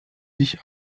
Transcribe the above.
sich